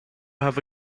have